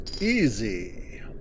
easy